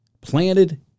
planted